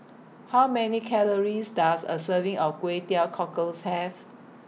How Many Calories Does A Serving of Kway Teow Cockles Have